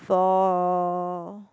for